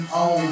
on